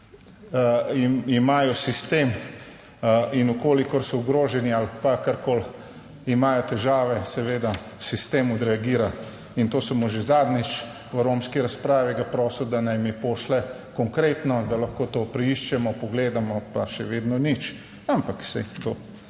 imajo sistem in v kolikor so ogroženi ali pa karkoli, imajo težave, seveda sistem odreagira. In to sem mu že zadnjič v romski razpravi ga prosil, da naj mi pošlje konkretno, da lahko to preiščemo, pogledamo, pa še vedno nič, **85. TRAK: